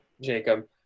Jacob